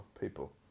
people